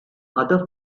other